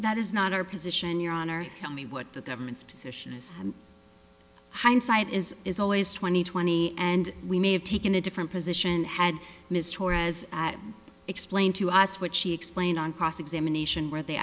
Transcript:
that is not our position your honor tell me what the government's position is hindsight is is always twenty twenty and we may have taken a different position had ms torres explained to us what she explained on cross examination where they